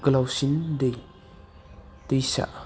गोलावसिन दैमा